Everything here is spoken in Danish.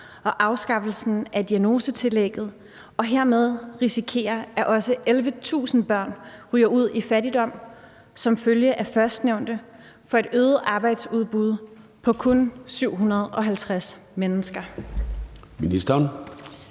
og afskaffelsen af diagnosetillægget og hermed risikere, at også 11.000 børn ryger ud i fattigdom som følge af førstnævnte, for at man kan få et øget arbejdsudbud på kun 750 mennesker?